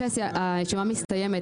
הישיבה ננעלה